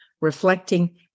reflecting